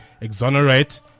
exonerate